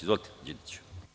Izvolite Đidiću.